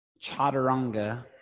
Chaturanga